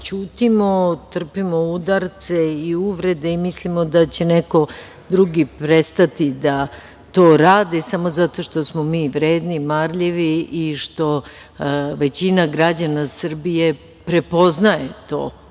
ćutimo, trpimo udarce i uvrede i mislimo da će neko drugi prestati da to radi samo zato što smo mi vredni i marljivi i što većina građana Srbije prepoznaje to